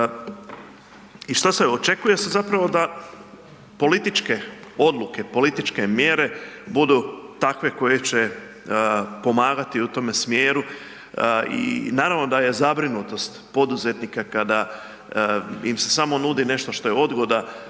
gubitke. Očekuje se da političke odluke, političke mjere budu takve koje će pomagati u tome smjeru i naravno da je zabrinutost poduzetnika kada im se samo nudi nešto što je odgoda